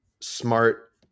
smart